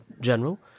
general